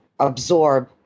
absorb